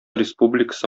республикасы